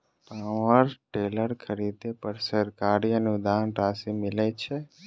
Power tiller खरीदे पर सरकारी अनुदान राशि मिलय छैय?